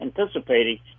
anticipating